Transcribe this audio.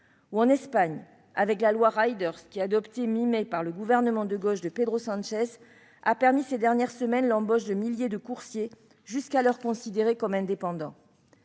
En Espagne, la loi , adoptée mi-mai par le gouvernement de gauche de Pedro Sanchez, a permis ces dernières semaines l'embauche de milliers de coursiers jusqu'alors considérés comme indépendants.